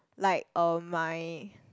like um my